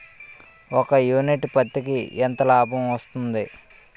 ఒక యూనిట్ పత్తికి ఎంత లాభం వస్తుంది?